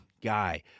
guy